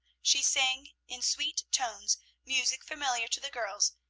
she sang in sweet tones music familiar to the girls,